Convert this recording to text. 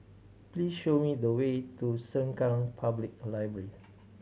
please show me the way to Sengkang Public Library